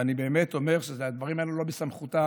ואני באמת אומר שהדברים האלה הם לא בסמכותה